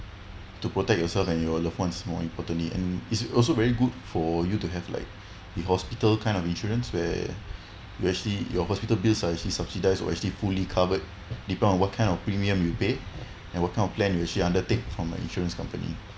to protect yourself and your loved ones more importantly and is also very good for you to have like the hospital kind of insurance where where actually your hospital bills are actually subsidised or actually fully covered depend on what kind of premium you pay and what kind of plan you actually under take from an insurance company